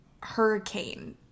hurricane